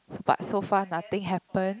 but so far nothing happened